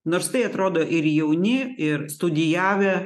nors tai atrodo ir jauni ir studijavę